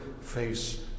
face